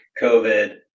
COVID